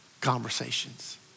conversations